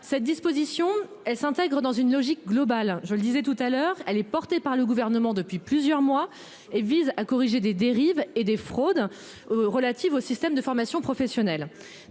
Cette disposition, elle s'intègre dans une logique globale, je le disais tout à l'heure elle est portée par le gouvernement depuis plusieurs mois et vise à corriger des dérives et des fraudes. Relatives au système de formation professionnelle